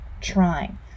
trying